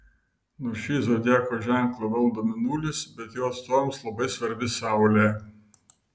nors šį zodiako ženklą valdo mėnulis bet jo atstovams labai svarbi saulė